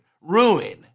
ruin